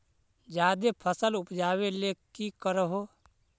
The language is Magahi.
जादे फसल उपजाबे ले की कर हो?